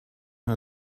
her